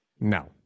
No